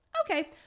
okay